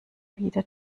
wieder